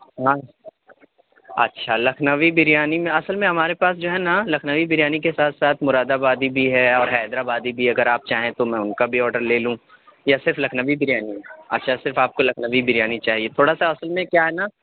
ہاں اچھا لکھنوی بریانی میں اصل میں ہمارے پاس جو ہے نہ لکھنوی بریانی کے ساتھ ساتھ مراد آبادی بھی ہے اور حیدر آبادی بھی ہے اگر آپ چاہیں تو میں ان کا بھی آڈر لے لوں یا صرف لکھنوی بریانی اچھا صرف آپ کو لکھنوی بریانی چاہیے ٹھوڑا سا اصل میں کیا ہے نہ